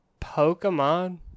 Pokemon